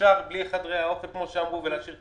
אפשר לפתוח בלי חדרי האוכל ולהשאיר את